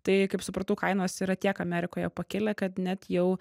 tai kaip supratau kainos yra tiek amerikoje pakilę kad net jau